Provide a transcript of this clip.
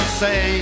say